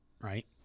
right